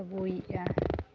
ᱟᱹᱜᱩᱭᱮᱜᱼᱟ